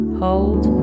hold